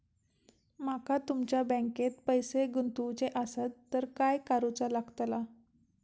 माका तुमच्या बँकेत पैसे गुंतवूचे आसत तर काय कारुचा लगतला?